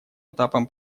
этапом